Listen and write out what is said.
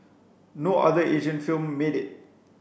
no other Asian film made it